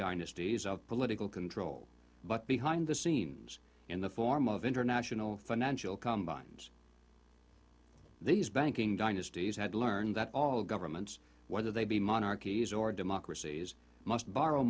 dynasties of political control but behind the scenes in the form of international financial combine these banking dynasties had learned that all governments whether they be monarchies or democracies must borrow